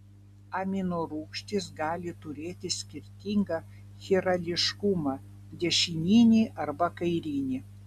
aminorūgštys gali turėti skirtingą chirališkumą dešininį arba kairinį